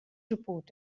report